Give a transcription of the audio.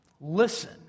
Listen